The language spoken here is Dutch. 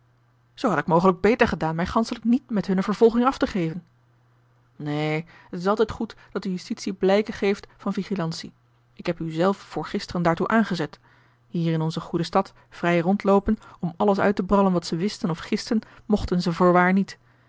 zoo had ik mogelijk beter gedaan mij ganschehjk niet met hunne vervolging af te geven a l g bosboom-toussaint de delftsche wonderdokter eel een het is altijd goed dat de justitie blijke geeft van vigilantie ik heb u zelf voorgisteren daartoe aangezet hier in onze goede stad vrij rondloopen om alles uit te brallen wat ze wisten of gisten mochten ze voorwaar niet